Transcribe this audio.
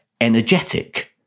energetic